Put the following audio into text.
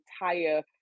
entire